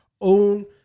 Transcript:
own